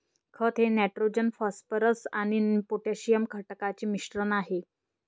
खत हे nitrogen phosphorus आणि पोटॅशियम घटकांचे मिश्रण आहे